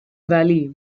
valley